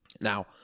Now